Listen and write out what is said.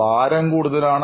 ഭാരവും കൂടുതലാണ്